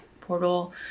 portal